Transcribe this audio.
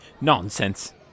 Nonsense